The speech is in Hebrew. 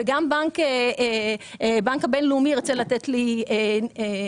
וגם הבנק הבינלאומי ירצה לתת לי להפקיד אצלו ניירות ערך.